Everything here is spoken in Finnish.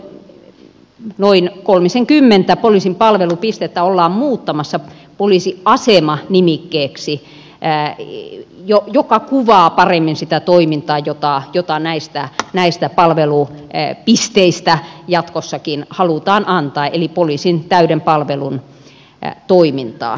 päinvastoin noin kolmisenkymmentä poliisin palvelupistettä ollaan muuttamassa poliisiasema nimikkeeksi joka kuvaa paremmin sitä toimintaa jota näistä palvelupisteistä jatkossakin halutaan antaa eli poliisin täyden palvelun toimintaa